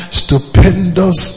stupendous